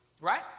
Right